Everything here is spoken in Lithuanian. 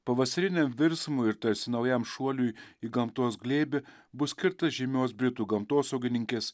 pavasariniam virsmui ir tarsi naujam šuoliui į gamtos glėbį bus skirtas žymios britų gamtosaugininkės